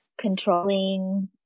controlling